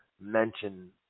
mention